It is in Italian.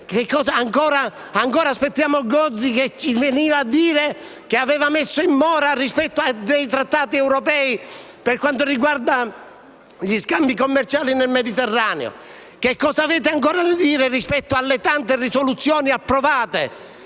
Ancora aspettiamo Gozi che ci venga a dire della messa in mora rispetto a dei trattati europei per quanto riguarda gli scambi commerciali nel Mediterraneo. Che cosa avete ancora da dire rispetto alle tante risoluzioni approvate?